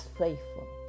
faithful